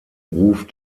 ruf